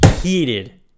heated